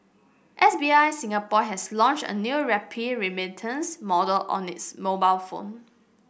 S B I Singapore has launched a new rupee remittance mode on its mobile app